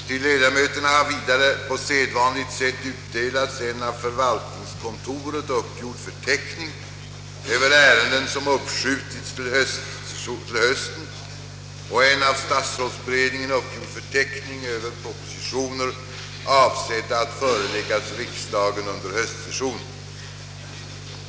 Till ledamöterna har vidare på sedvanligt sätt utdelats en av förvaltningskontoret uppgjord förteckning över ärenden som uppskjutits till hösten och en av statsrådsberedningen uppgjord förteckning över propositioner, avsedda att föreläggas riksdagen under höstsessionen.